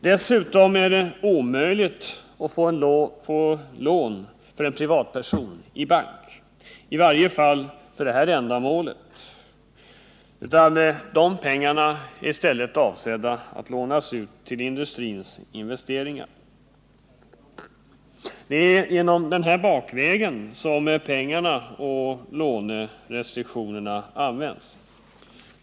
Dessutom är det omöjligt för en privatperson att få ett lån i en bank, i varje fall för detta ändamål, utan de pengarna är i stället avsedda att lånas ut till industrins investeringar. Det är genom att gå denna bakväg som man utnyttjar pengarna och lånerestriktionerna.